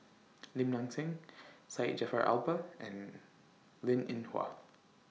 Lim Nang Seng Syed Jaafar Albar and Linn in Hua